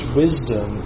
wisdom